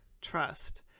trust